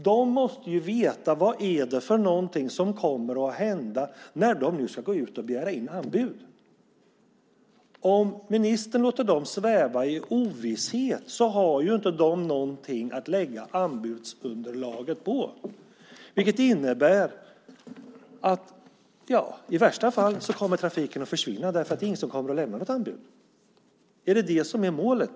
De måste ju veta vad det är som kommer att hända när de nu ska begära in anbud. Om ministern låter dem sväva i ovisshet har de inget underlag för sitt anbud, vilket i värsta fall innebär att trafiken kommer att försvinna därför att ingen kommer att lämna något anbud. Är det detta som är målet?